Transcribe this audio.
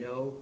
no